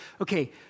okay